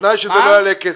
לכל בתנאי שזה לא יעלה כסף.